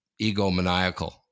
egomaniacal